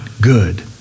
good